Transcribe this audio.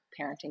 parenting